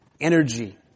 energy